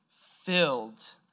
filled